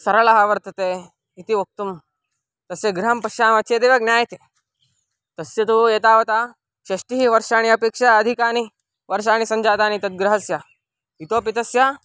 सरळः वर्तते इति वक्तुं तस्य गृहं पश्यामः चेदेव ज्ञायते तस्य तु एतावता षष्टिः वर्षाणि अपेक्षा अधिकानि वर्षाणि सञ्जातानि तद्गृहस्य इतोपि तस्य